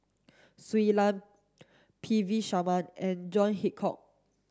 Shui Lan P V Sharma and John Hitchcock